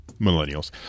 millennials